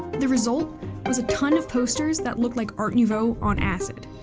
the result was a ton of posters that looked like art nouveau on acid.